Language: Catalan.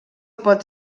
pot